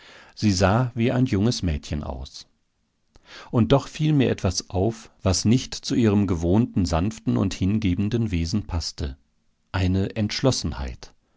sie sah wie ein junges mädchen aus und doch fiel mir etwas auf was nicht zu ihrem gewohnten sanften und hingebenden wesen paßte eine entschlossenheit